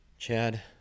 Chad